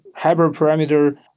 hyperparameter